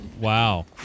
Wow